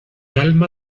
alma